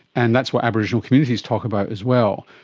and that's what aboriginal communities talk about as well.